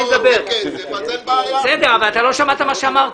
אתה לא שמעת מה אמרתי.